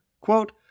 Quote